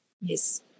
Yes